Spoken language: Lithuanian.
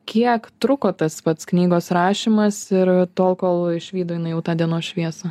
kiek truko tas pats knygos rašymas ir tol kol išvydo jinai jau tą dienos šviesą